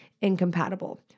incompatible